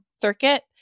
circuit